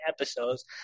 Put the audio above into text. episodes